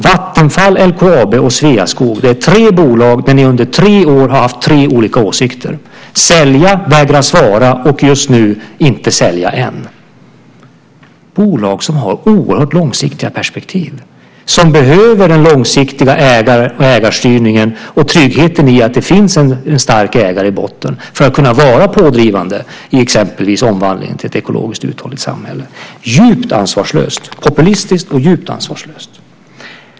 Vattenfall, LKAB och Sveaskog är tre bolag där ni under tre år har haft tre olika åsikter: sälja, vägra svara och, just nu, inte sälja än. Detta är bolag som har oerhört långsiktiga perspektiv och som behöver den långsiktiga ägarstyrningen och tryggheten i att det finns en stark ägare i botten för att kunna vara pådrivande i exempelvis omvandlingen till ett ekologiskt uthålligt samhälle. Det är populistiskt och djupt ansvarslöst.